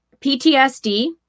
PTSD